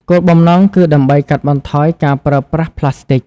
គោលបំណងគឺដើម្បីកាត់បន្ថយការប្រើប្រាស់ប្លាស្ទិក។